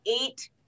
eight